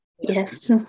Yes